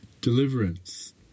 deliverance